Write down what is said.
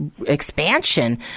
expansion